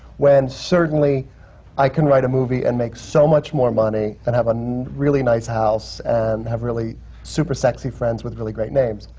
when certainly i can write a movie and make so much more money and have a and really nice house and have really supersexy friends with really great names?